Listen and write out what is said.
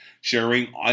sharing